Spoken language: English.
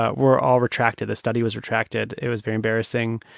ah were all retracted. the study was retracted. it was very embarrassing.